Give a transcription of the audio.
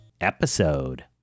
episode